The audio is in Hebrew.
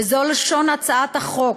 וזו לשון הצעת החוק: